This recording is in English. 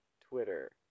Twitter